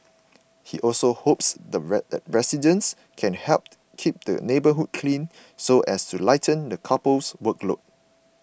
he also hopes that residents can help keep the neighbourhood clean so as to lighten the couple's workload